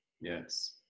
Yes